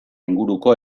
inguruko